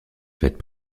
faite